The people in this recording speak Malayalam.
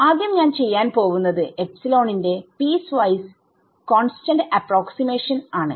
ആദ്യം ഞാൻ ചെയ്യാൻ പോവുന്നത് എപ്സിലോണിന്റെ പീസ് വൈസ് കോൺസ്റ്റന്റ് അപ്രോക്സിമേഷൻആണ്